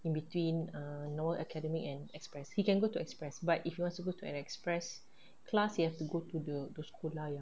in between err normal academic and express he can go to express but if you want to go to an express class he have to go to the the sekolah yang